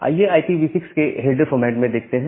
आइए IPv6 के header format में देखते हैं